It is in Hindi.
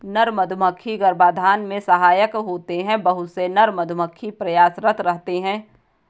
नर मधुमक्खी गर्भाधान में सहायक होते हैं बहुत से नर मधुमक्खी प्रयासरत रहते हैं